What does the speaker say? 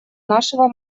нашего